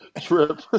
trip